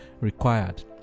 required